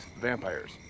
Vampires